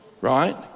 right